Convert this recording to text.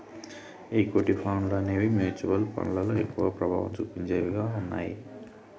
equity ఫండ్లు అనేవి mutual ఫండ్లలో ఎక్కువ ప్రభావం చుపించేవిగా ఉన్నయ్యి